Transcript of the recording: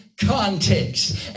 context